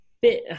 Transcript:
Bit